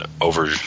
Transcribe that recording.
over